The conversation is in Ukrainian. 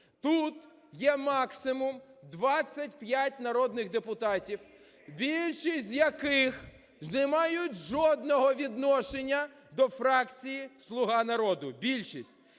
Тут є максимум 25 народних депутатів, більшість з яких не мають жодного відношення до фракції "Слуга народу"